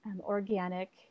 organic